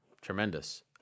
Tremendous